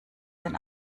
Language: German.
denn